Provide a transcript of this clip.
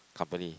company